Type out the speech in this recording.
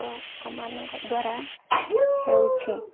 ମାନଙ୍କ ଦ୍ୱାରା ହେଉଛି